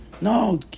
No